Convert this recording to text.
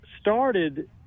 started